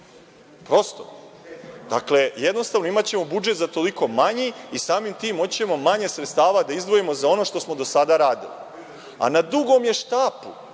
Prosto. Jednostavno, imaćemo budžet za toliko manji i samim tim moći ćemo manje sredstava da izdvojimo za ono što smo do sada radili. Na dugom je štapu,